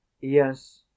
Yes